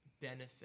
benefit